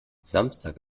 samstag